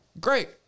Great